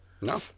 No